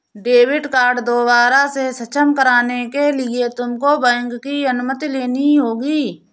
debit card दोबारा से सक्षम कराने के लिए तुमको बैंक की अनुमति लेनी होगी